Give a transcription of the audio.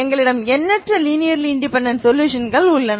எங்களிடம் எண்ணற்ற linearly independent சொலுஷன்கள் உள்ளன